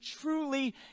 truly